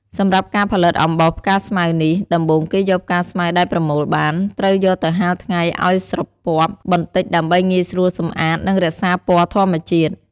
សម្រាប់ការផលិតអំបោសផ្កាស្មៅនេះ ដំបូងគេយកផ្កាស្មៅដែលប្រមូលបាន ត្រូវយកទៅហាលថ្ងៃឲ្យស្រពាប់បន្តិចដើម្បីងាយស្រួលសម្អាត និងរក្សាពណ៌ធម្មជាតិ។